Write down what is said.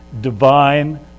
Divine